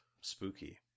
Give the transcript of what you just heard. Spooky